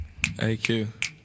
AQ